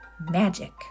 magic